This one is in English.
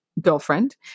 girlfriend